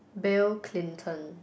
Bill-Clinton